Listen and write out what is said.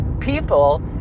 people